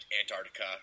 Antarctica